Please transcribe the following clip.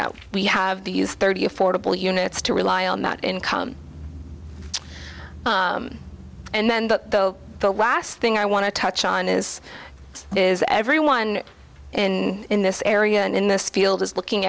that we have the use thirty affordable units to rely on that income and then the the last thing i want to touch on is is everyone in in this area and in this field is looking